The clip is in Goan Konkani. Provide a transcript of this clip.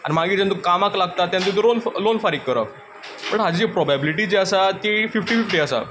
आनी मागीर जेन्ना तूं कामाक लागता तेन्ना लोन फारीक करप बट हाची प्रोबेबिलिटी आसा ती फिफ्टी फिफ्टी आसा